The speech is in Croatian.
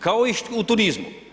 Kao i u turizmu.